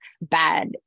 bad